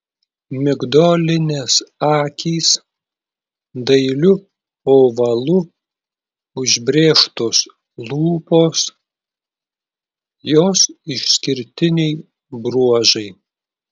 migdolinės akys dailiu ovalu užbrėžtos lūpos jos išskirtiniai bruožai